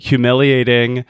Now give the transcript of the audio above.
Humiliating